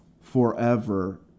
forever